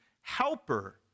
helper